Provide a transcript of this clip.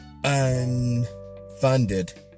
unfunded